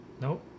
nope